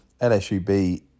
LSUB